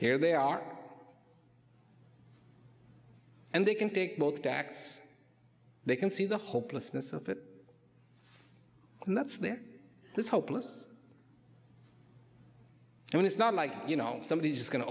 here they are and they can take both tax they can see the hopelessness of it and that's their this hopeless and it's not like you know somebody is going to